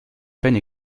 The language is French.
peine